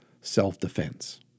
self-defense